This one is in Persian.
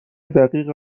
دقیق